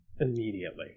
immediately